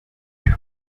byo